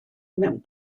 mewn